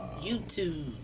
YouTube